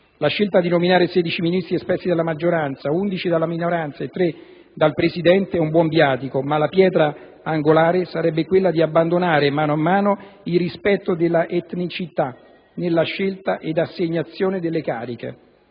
La scelta di nominare 16 Ministri espressi dalla maggioranza, 11 dalla minoranza e 3 dal Presidente è un buon viatico, ma la pietra angolare sarebbe quella di abbandonare, mano a mano, il rispetto della etnicità nella scelta ed assegnazione delle cariche,